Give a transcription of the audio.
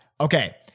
okay